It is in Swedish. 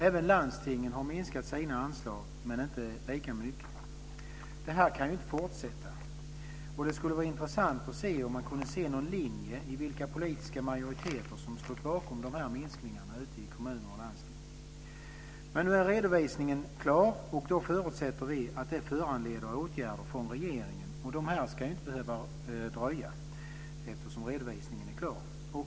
Även landstingen har minskat sina anslag, men inte lika mycket. Det här kan inte fortsätta. Det skulle vara intressant att se om det finns någon linje i vilka politiska majoriteter som står bakom dessa minskningar i kommuner och landsting. Men nu är redovisningen klar, och då förutsätter vi att det föranleder åtgärder från regeringen och de ska inte behöva att dröja.